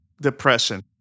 depression